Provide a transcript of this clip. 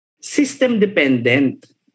system-dependent